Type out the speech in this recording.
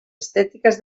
estètiques